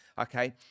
okay